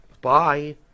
Bye